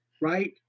right